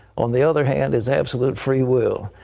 on the other hand is absolute free will.